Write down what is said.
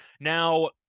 Now